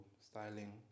styling